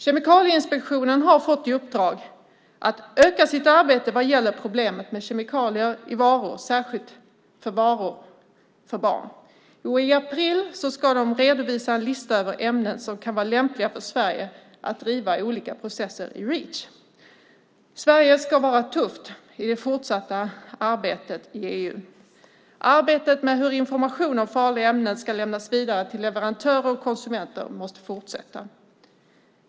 Kemikalieinspektionen har fått i uppdrag att öka sitt arbete vad gäller problemet med kemikalier i varor, särskilt varor för barn. I april ska de redovisa en lista över ämnen som kan vara lämplig när Sverige ska driva olika processer i Reach. Sverige ska vara tufft i det fortsatta arbetet i EU. Arbetet med hur information om farliga ämnen ska lämnas vidare till leverantörer och konsumenter måste fortsätta.